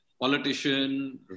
politician